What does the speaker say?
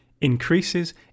increases